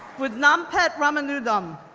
budnampet ramanudom,